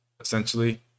essentially